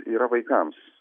yra vaikams